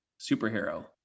superhero